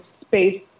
space